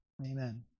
Amen